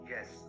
Yes